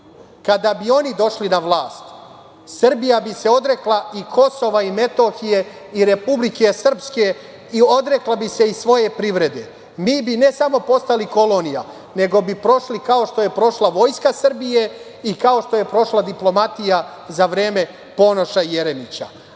kada bi oni došli na vlast Srbija bi se odrekla i Kosova i Metohije i Republike Srpske i odrekla bi se i svoje privrede. Mi bi, ne samo postali kolonija, nego bismo prošli kao što je prošla Vojska Srbije i kao što je prošla diplomatija za vreme Ponoša i Jeremića. Njihov